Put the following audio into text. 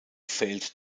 failed